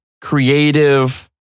creative